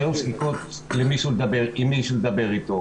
שזכו למישהו לדבר אתו